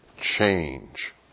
change